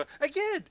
again